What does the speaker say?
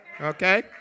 okay